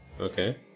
Okay